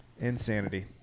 Insanity